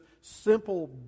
simple